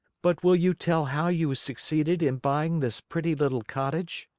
but will you tell how you succeeded in buying this pretty little cottage?